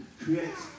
creates